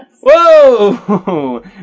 Whoa